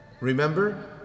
remember